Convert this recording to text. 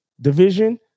division